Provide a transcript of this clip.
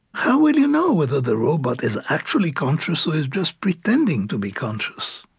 how will you know whether the robot is actually conscious or is just pretending to be conscious?